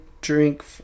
drink